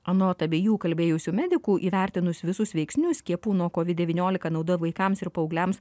anot abiejų kalbėjusių medikų įvertinus visus veiksnius skiepų nuo kovid devyniolika nauda vaikams ir paaugliams